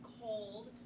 cold